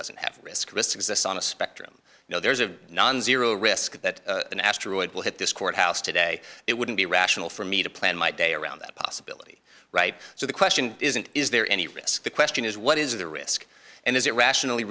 doesn't have risk risk exists on a spectrum you know there's a non zero risk that an asteroid will hit this courthouse today it wouldn't be rational for me to plan my day around that possibility right so the question isn't is there any risk the question is what is the risk and is it rationally